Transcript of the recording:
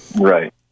Right